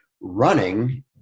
running